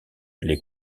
les